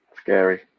Scary